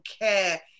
care